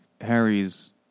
Harry's